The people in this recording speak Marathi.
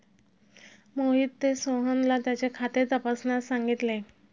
मोहितने सोहनला त्याचे खाते तपासण्यास सांगितले